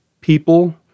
People